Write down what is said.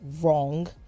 wrong